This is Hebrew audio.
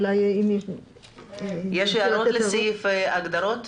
יש הערות לתקנת ההגדרות?